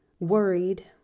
worried